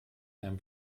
einem